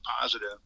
positive